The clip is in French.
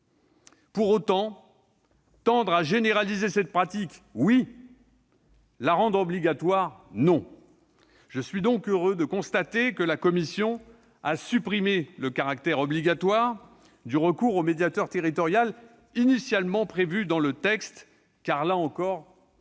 oui ! Tendre à généraliser cette pratique, oui ; la rendre obligatoire, non ! Je suis donc heureux de constater que la commission a supprimé le caractère obligatoire du recours au médiateur territorial, initialement prévu dans le texte. Là encore, les